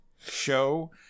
show